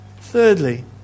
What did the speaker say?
thirdly